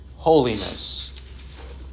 holiness